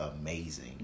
amazing